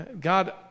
God